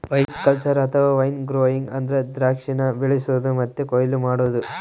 viticulture ಅಥವಾ wine growing ಅಂದ್ರ ದ್ರಾಕ್ಷಿನ ಬೆಳಿಸೊದು ಮತ್ತೆ ಕೊಯ್ಲು ಮಾಡೊದು